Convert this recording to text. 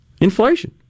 inflation